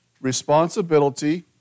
responsibility